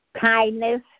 kindness